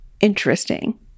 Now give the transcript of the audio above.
interesting